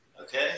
Okay